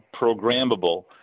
programmable